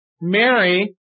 Mary